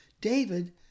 David